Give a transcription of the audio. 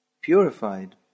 purified